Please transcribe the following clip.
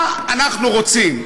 מה אנחנו רוצים?